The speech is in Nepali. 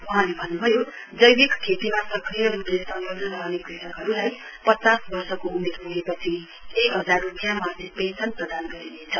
वहाँले भन्नुभयो जैविक खेतीमा सक्रिय रुपले संलग्न रहने कृषकहरुलाई पचास वर्षको उमेर प्गेपछि एकहजार रुपियाँ मासिक पेन्सन प्रदान गरिनेछ